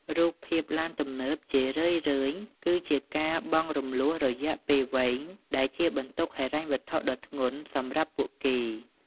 រូបភាពឡានទំនើប ជារឿយៗគឺជាការបង់រំលស់រយៈពេលវែងដែលជាបន្ទុកហិរញ្ញវត្ថុដ៏ធ្ងន់សម្រាប់ពួកគេ។